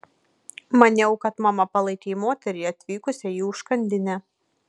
maniau kad mama palaikei moterį atvykusią į užkandinę